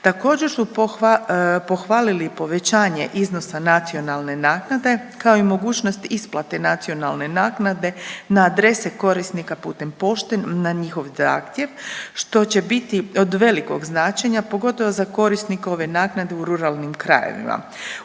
Također su pohvalili i povećanje iznose nacionalne naknade kao i mogućnost isplate nacionalne naknade na adrese korisnika putem pošte na njihov zahtjev, što će biti od velikog značenja, pogotovo za korisnike ove naknade u ruralnim krajevima.